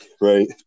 right